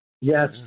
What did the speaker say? Yes